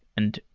and